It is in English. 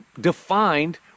defined